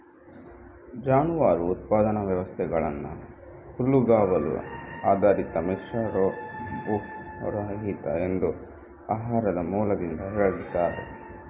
ಜಾನುವಾರು ಉತ್ಪಾದನಾ ವ್ಯವಸ್ಥೆಗಳನ್ನ ಹುಲ್ಲುಗಾವಲು ಆಧಾರಿತ, ಮಿಶ್ರ, ಭೂರಹಿತ ಎಂದು ಆಹಾರದ ಮೂಲದಿಂದ ಹೇಳ್ತಾರೆ